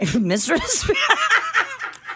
mistress